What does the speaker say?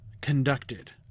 conducted